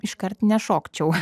iškart nešokčiau